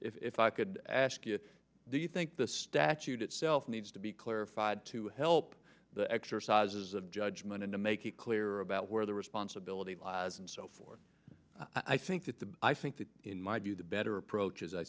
if i could ask you do you think the statute itself needs to be clarified to help the exercises of judgment and to make it clearer about where the responsibility was and so forth i think that the i think that in my view the better approach as i